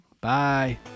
Bye